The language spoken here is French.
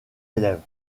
élèves